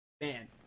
Man